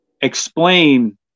explain